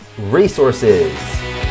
resources